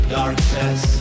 darkness